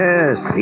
Yes